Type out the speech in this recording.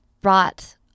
brought